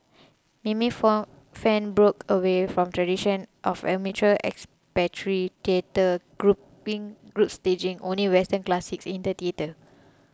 mimi Fan broke away from a tradition of amateur expatriate theatre groups staging only Western classics in the theatre